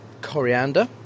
coriander